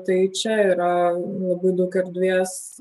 tai čia yra labai daug erdvės